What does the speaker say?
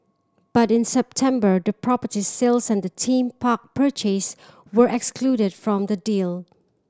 but in September the property sales and the theme park purchase were excluded from the deal